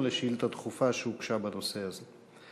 על שאילתה דחופה שהוגשה בנושא הזה.